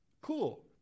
cool